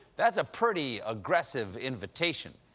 that's a pretty aggressive invitation.